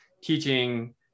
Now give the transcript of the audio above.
teaching